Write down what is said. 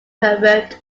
herbert